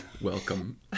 Welcome